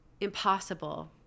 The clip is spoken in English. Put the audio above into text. impossible